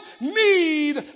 need